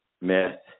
myth